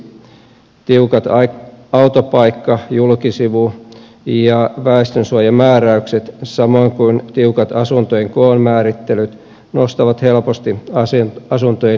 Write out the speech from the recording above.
esimerkiksi tiukat autopaikka julkisivu ja väestönsuojamääräykset samoin kuin tiukat asuntojen koon määrittelyt nostavat helposti asuntojen hintaa